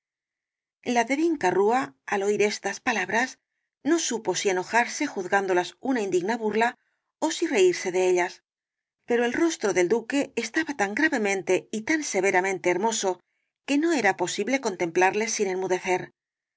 de vinca rúa al oir estas palabras no supo si enojarse juzgándolas una indigna burla ó si reírse de ellas pero el rostro del duque estaba tan grave y tan severamente hermoso que no era posible contemplarle sin